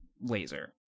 laser